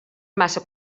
massa